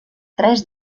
tres